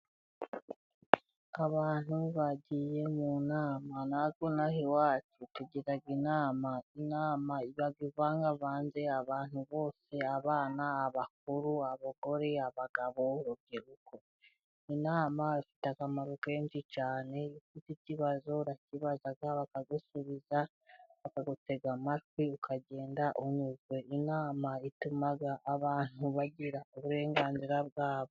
Abantu bagiye mu nama. Natwe inaha iwacu tugira inama, inama iba ivangavanze abantu bose: abana, abakuru, abagore abagabo b'urubyiruko. Inama ifite akamaro kenshi cyane; ufite ikibazo urakibaza bakagusubiza, bakagutega amatwi ukagenda unyuzwe. Inama ituma abantu bagera ku burenganzira bwabo.